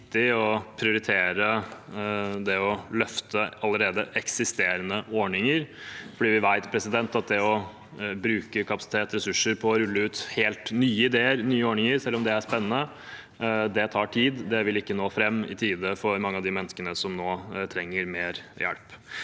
å prioritere det å løfte allerede eksisterende ordninger, for vi vet at det å bruke kapasitet og ressurser på å rulle ut helt nye ideer og ordninger, selv om det er spennende, tar tid. Det vil ikke nå fram i tide for mange av de menneskene som nå trenger mer hjelp.